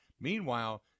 Meanwhile